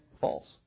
false